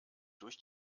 durch